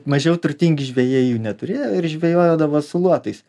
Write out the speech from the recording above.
mažiau turtingi žvejai jų neturėjo ir žvejojo dabar su luotais